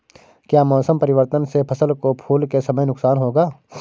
क्या मौसम परिवर्तन से फसल को फूल के समय नुकसान होगा?